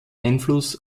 einfluss